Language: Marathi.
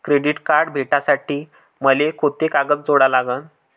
क्रेडिट कार्ड भेटासाठी मले कोंते कागद जोडा लागन?